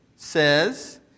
says